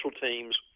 teams